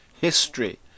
History